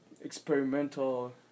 experimental